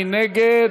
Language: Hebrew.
מי נגד?